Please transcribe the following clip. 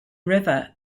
river